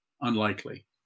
Unlikely